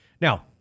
Now